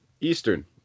Eastern